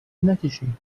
نکشین